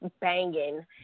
banging